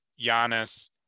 Giannis